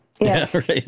Yes